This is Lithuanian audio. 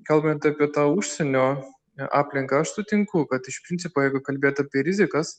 kalbant apie tą užsienio aplinką aš sutinku kad iš principo jeigu kalbėt apie rizikas